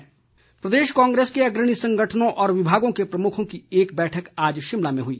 कांग्रेस प्रदेश कांग्रेस के अग्रणी संगठनों और विभागों के प्रमुखों की एक बैठक आज शिमला में हुई